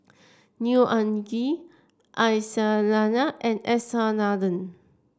Neo Anngee Aisyah Lyana and S R Nathan